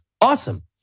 Awesome